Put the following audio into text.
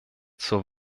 zur